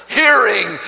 hearing